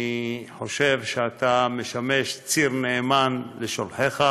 אני חושב שאתה משמש ציר נאמן לשולחיך.